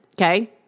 Okay